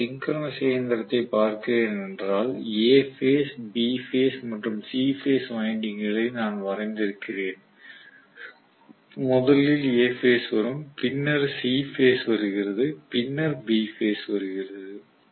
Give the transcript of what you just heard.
நான் ஒரு சிங்கரனஸ் இயந்திரத்தைப் பார்க்கிறேன் என்றால் A பேஸ் B பேஸ் மற்றும் C பேஸ் வைண்டிங்க்குகளை நான் வரைந்திருக்கிறேன் முதலில் A பேஸ் வரும் பின்னர் C பேஸ் வருகிறது பின்னர் B பேஸ் வருகிறது